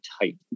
tight